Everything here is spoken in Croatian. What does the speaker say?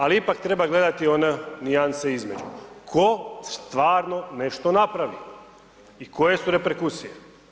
Ali ipak treba gledati one nijanse između tko stvarno nešto napravi i koje su reperkusije.